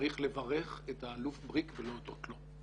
צריך לברך את האלוף בריק ולהודות לו,